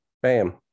Bam